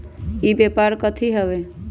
ई व्यापार कथी हव?